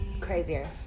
crazier